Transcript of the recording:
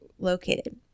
located